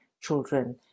children